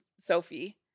Sophie